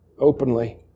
openly